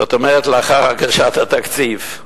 זאת אומרת לאחר הגשת התקציב.